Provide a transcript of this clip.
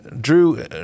Drew